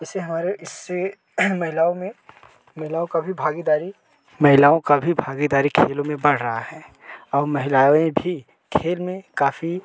जैसे हमारे इससे महिलाओं में महिलाओं का भी भागीदारी महिलाओं का भी भागीदारी खेलों में बढ़ रहा है और महिलाएँ भी खेल में काफ़ी